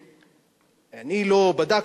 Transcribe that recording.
אני לא בדקתי,